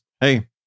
hey